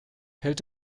hält